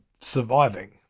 surviving